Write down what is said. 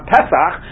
Pesach